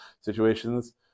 situations